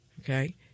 Okay